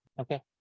okay